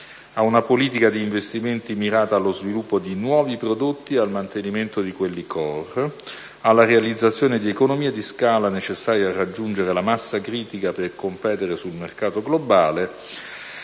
a una politica di investimenti mirata allo sviluppo di nuovi prodotti e al mantenimento di quelli *core*; alla realizzazione di economie di scala necessarie a raggiungere la «massa critica» per competere sul mercato globale;